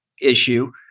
issue